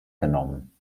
genommen